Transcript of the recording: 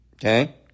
okay